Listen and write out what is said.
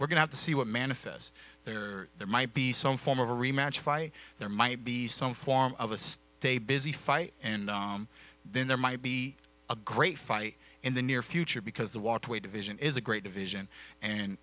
we're going to see what manifests there there might be some form of a rematch fight there might be some form of assist they busy fight and then there might be a great fight in the near future because the waterway division is a great division and